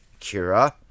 Kira